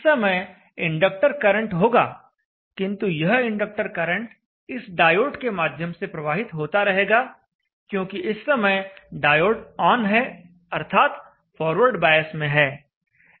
इस समय inductor current होगा किंतु यह इंडक्टर करंट इस डायोड के माध्यम से प्रवाहित होता रहेगा क्योंकि इस समय डायोड ऑन है अर्थात फॉरवर्ड बायस में है